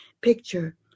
Picture